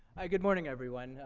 hi. good morning, everyone.